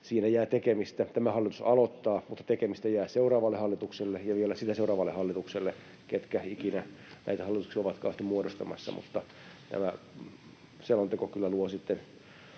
siinä jää tekemistä. Tämä hallitus aloittaa, mutta tekemistä jää seuraavalle hallitukselle ja vielä sitä seuraavalle hallitukselle, ketkä ikinä näitä hallituksia ovatkaan sitten muodostamassa. Mutta tämä selonteko kyllä